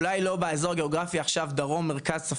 אולי לא באזור הגאוגרפי עכשיו דרום-מרכז-צפון,